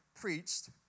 preached